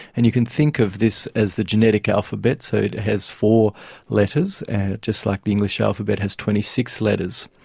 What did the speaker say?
and you can think of this as the genetic alphabet, so it has four letters just like the english alphabet has twenty six letters.